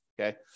Okay